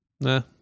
Nah